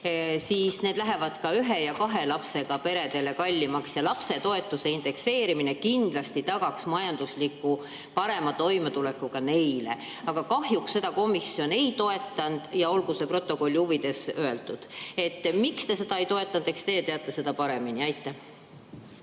ning need lähevad ka ühe ja kahe lapsega peredele kallimaks ja lapsetoetuse indekseerimine kindlasti tagaks parema majandusliku toimetuleku ka neile. Aga kahjuks seda komisjon ei toetanud. Olgu see stenogrammi huvides öeldud. Miks te seda ei toetanud, eks teie teate seda paremini. Austatud